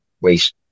waste